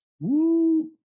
Woo